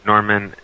Norman